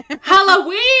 Halloween